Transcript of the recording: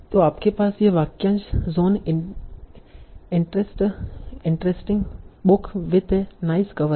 तो आपके पास यह वाक्यांश John interest interesting book with a nice cover है